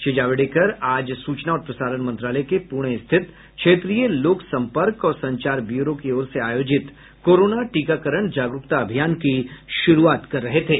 श्री जावड़ेकर आज सूचना और प्रसारण मंत्रालय के पूणे स्थित क्षेत्रीय लोकसंपर्क और संचार ब्यूरो की ओर से आयोजित कोरोना टीकाकरण जागरूकता अभियान की शुरूआत कर रहे थे